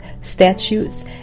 statutes